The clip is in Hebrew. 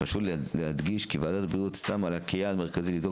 חשוב להדגיש כי ועדת הבריאות שמה לה כיעד מרכזי לדאוג